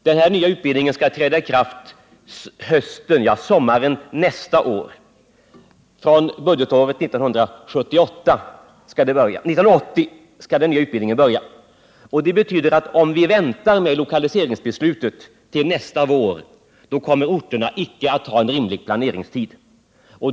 Den nya utbildningen skall starta budgetåret 1980/81. Om vi väntar med lokaliseringsbeslutet till nästa vår betyder det att orterna icke kommer att ha rimlig tid för planering.